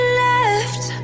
left